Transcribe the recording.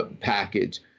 package